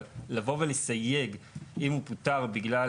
אבל לא ידענו לבוא ולסייג האם העובד פוטר בגלל